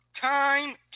time